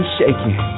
shaking